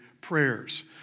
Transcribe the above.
prayers